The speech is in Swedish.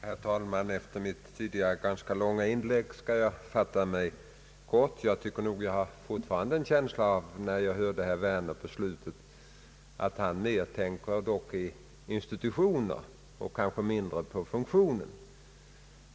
Herr talman! Efter mitt tidigare ganska långa inlägg skall jag fatta mig kort. Sedan jag hört slutet av herr Werners anförande har jag nog en känsla av att han mer tänker på institutioner än på funktioner.